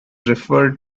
referred